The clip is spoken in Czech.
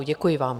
Děkuji vám.